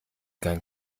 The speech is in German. kein